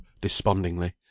despondingly